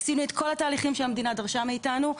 עשינו את כל התהליכים שהמדינה ביקשה מאיתנו.